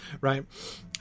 right